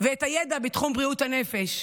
ואת הידע בתחום בריאות הנפש.